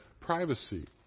privacy